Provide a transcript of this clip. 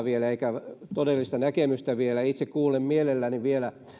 kantaa eikä todellista näkemystä vielä itse kuulen mielelläni vielä